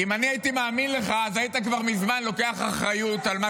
אני הייתי מאמין לך אם היית כבר מזמן לוקח אחריות על מה